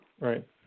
Right